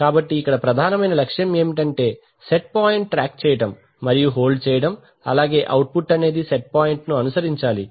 కాబట్టి ఇక్కడ ప్రధానమైన లక్ష్యం ఏమిటంటే సెట్ పాయింట్ ట్రాక్ చేయడం మరియు హోల్డ్ చేయడం అలాగే అవుట్ పుట్ అనేది సెట్ పాయింట్ ను అనుసరించాలి